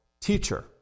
teacher